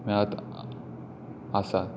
मेळत आसा